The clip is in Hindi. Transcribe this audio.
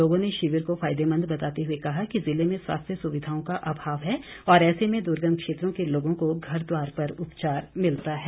लोगों ने शिविर को फायदेमंद बताते हुए कहा कि जिले में स्वास्थ्य सुविधाओं का अभाव है और ऐसे में दुर्गम क्षेत्रों के लोगों को घर द्वार पर उपचार मिलता है